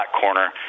corner